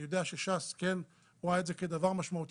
אני יודע שש"ס כן רואה את זה כדבר משמעותי,